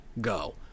go